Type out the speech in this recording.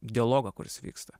dialogą kuris vyksta